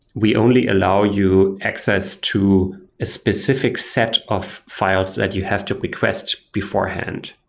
we only allow you access to a specific set of files that you have to request beforehand,